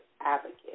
advocate